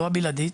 לא הבלעדית,